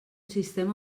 sistema